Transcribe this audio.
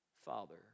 Father